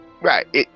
Right